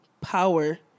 power